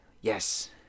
yes